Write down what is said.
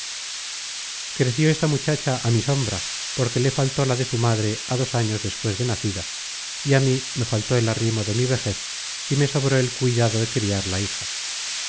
creció esta muchacha á mi sombra porque le faltó la de su madre á dos años despues de nacida y á mí me faltó el arrimo de mi vejez y me sobró el cuidado de criar la hija